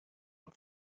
them